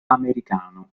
americano